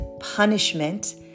punishment